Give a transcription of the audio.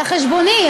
על חשבוני.